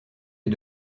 est